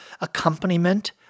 accompaniment